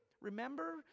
Remember